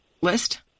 list